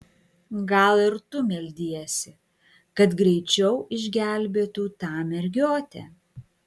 gal ir tu meldiesi kad greičiau išgelbėtų tą mergiotę